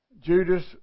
Judas